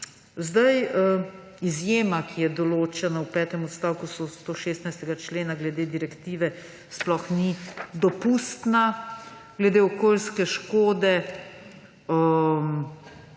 Izjema, ki je določena v petem odstavku 116. člena glede direktive, sploh ni dopustna. Glede okoljske škode